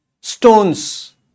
stones